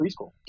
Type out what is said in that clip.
preschool